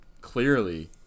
clearly